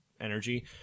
energy